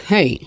Hey